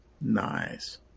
Nice